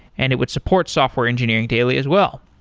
and it would support software engineering daily as well.